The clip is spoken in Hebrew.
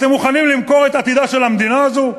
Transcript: אתם מוכנים למכור את עתידה של המדינה הזו?